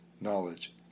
knowledge